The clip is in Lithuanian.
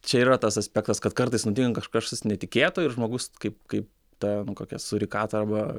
čia yra tas aspektas kad kartais nutinka kažkas netikėto ir žmogus kaip kaip ten kokia surikata arba